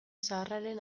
zaharraren